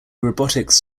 robotics